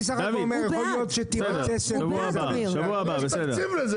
שבוע הבא בסדר.